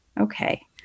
okay